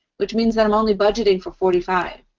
which means i'm only budgeting for forty five